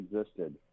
existed